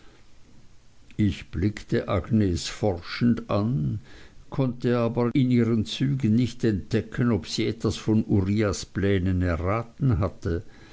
ich blickte agnes forschend an konnte aber in ihren zügen nicht entdecken ob sie etwas von uriahs plänen erraten hatte